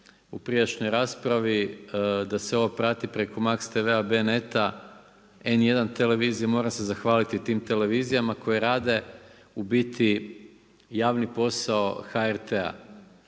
u prijašnjoj raspravi da se ovo prati preko Max tv-a, B net-a, N1 televizije, moram se zahvaliti tim televizijama koje radi u biti javni posao HRT-a.